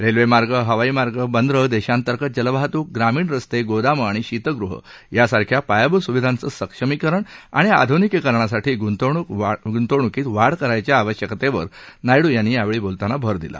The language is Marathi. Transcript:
रेल्वेमार्ग हवाईमार्ग बंदर देशांतर्गत जलवाहतूक ग्रामीण रस्तेगोदामं आणि शीतगृह यांसारख्या पायाभूत सुविधांचं सक्षमीकरण आणि आधुनिकीकरणासाठी गुंतवणुकीत वाढ करण्याच्या आवश्यकतेवर नायडू यांनी यावेळी बोलताना भर दिला